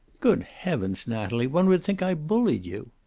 good heavens, natalie. one would think i bullied you!